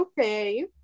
okay